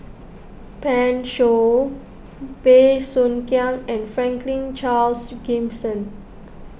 Pan Shou Bey Soo Khiang and Franklin Charles Gimson